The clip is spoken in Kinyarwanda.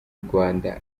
rwanda